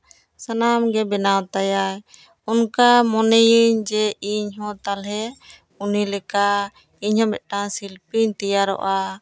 ᱥᱟᱱᱟᱢ ᱜᱮ ᱵᱮᱱᱟᱣ ᱛᱟᱭᱟᱭ ᱚᱱᱠᱟ ᱢᱚᱱᱮᱭᱟᱹᱧ ᱡᱮ ᱤᱧ ᱦᱚᱸ ᱛᱟᱦᱞᱮ ᱩᱱᱤ ᱞᱮᱠᱟ ᱤᱧ ᱦᱚᱸ ᱢᱤᱫᱴᱟᱝ ᱥᱤᱞᱯᱤᱧ ᱛᱮᱭᱟᱨᱚᱜᱼᱟ